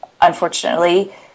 unfortunately